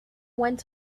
went